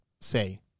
say